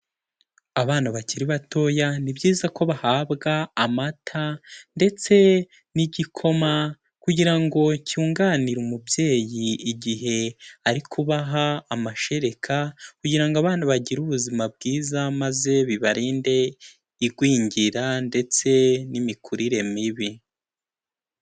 Abana bakiri batoya ni byiza ko bahabwa amata ndetse n'igikoma kugira ngo cyunganire umubyeyi igihe ari kubaha amashereka kugira ngo abana bagire ubuzima bwiza maze bibarinde igwingira ndetse n'imikurire mibi.